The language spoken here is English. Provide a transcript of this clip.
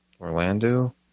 Orlando